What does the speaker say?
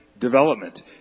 development